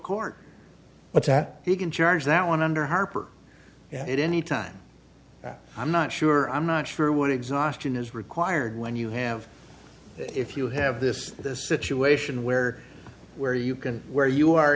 court but that he can charge that one under harper it any time that i'm not sure i'm not sure what exhaustion is required when you have if you have this situation where where you can where you are